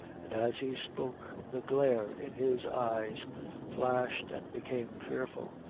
and as he spoke, the glare in his eyes flashed and became fearful.